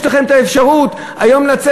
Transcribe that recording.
יש לכם האפשרות היום לצאת.